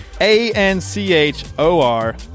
A-N-C-H-O-R